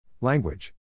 Language